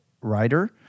writer